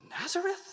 Nazareth